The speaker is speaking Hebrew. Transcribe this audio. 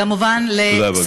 תודה רבה, גברתי.